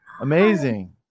amazing